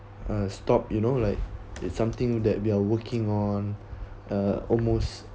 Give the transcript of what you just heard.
uh stop you know like it's something that we are working on uh almost